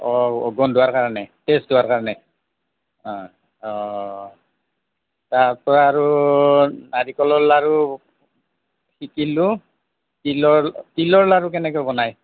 অঁ গোন্ধোৱাৰ কাৰণে টেষ্ট হোৱাৰ কাৰণে অঁ তাৰপৰা আৰু নাৰিকলৰ লাৰু শিকিলো তিলৰ তিলৰ লাৰু কেনেকৈ বনায়